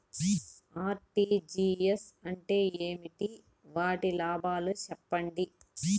RTGS అంటే ఏమి? వాటి లాభాలు సెప్పండి?